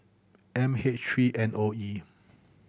M H three N O E